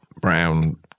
brown